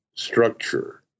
structure